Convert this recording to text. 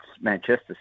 manchester